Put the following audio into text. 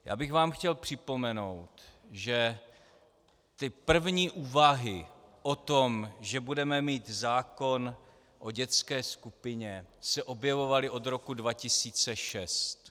Já bych vám chtěl připomenout, že první úvahy o tom, že budeme mít zákon o dětské skupině, se objevovaly od roku 2006.